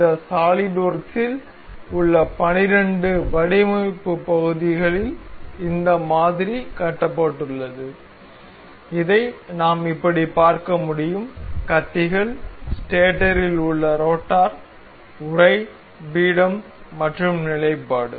இந்த சாலிட்வொர்க்ஸில் உள்ள 12 வடிவமைப்பு பகுதிகளில் இந்த மாதிரி கட்டப்பட்டுள்ளது இதை நாம் இப்படி பார்க்க முடியும் கத்திகள் ஸ்டேட்டரில் உள்ள ரோட்டார் உறை பீடம் மற்றும் நிலைப்பாடு